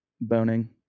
boning